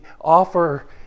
offer